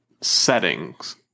settings